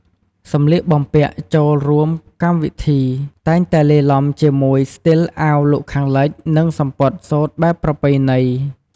សម្លៀកបំពាក់់ចូលរួមកម្មវិធីតែងតែលាយឡំជាមួយស្ទីលអាវលោកខាងលិច និងសំពត់សូត្របែបប្រពៃណី។